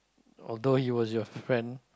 although he was your friend